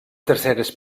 terceres